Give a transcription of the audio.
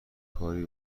کاری